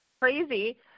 crazy